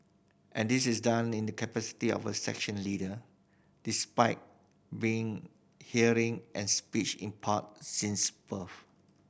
and this is done in the capacity as a section leader despite being hearing and speech impaired since birth